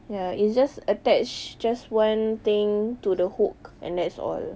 ya it's just attach just one thing to the hook and that's all